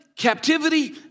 Captivity